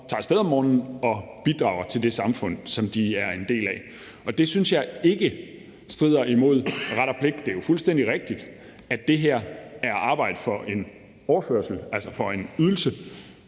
tager af sted om morgenen og bidrager til det samfund, som de er en del af. Det synes jeg ikke strider imod ret og pligt. Det er jo fuldstændig rigtigt, at det her er at arbejde for en overførsel, altså for en ydelse